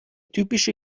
typische